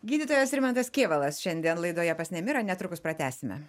gydytojas rimantas kėvalas šiandien laidoje pas nemirą netrukus pratęsime